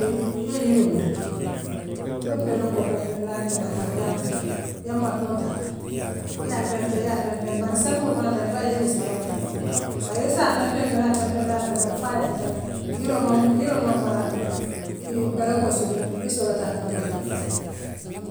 Hee yee yiroo landi ibe peregoo pempeŋ landila akaŋ yaa muta ye martoo taa yaa pempeŋ yaa pempeŋ bare semboo fanaŋ kela baa yiiroo si faranaŋ bare issaa pempeŋ doroŋ a pempeŋ doroŋ a pempeŋ foo aye futa yiiroo man yiiroo man fara ii peregoo si duŋ issoolo taale puriyee ňaama sikaa maa.